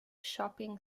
shopping